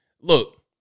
Look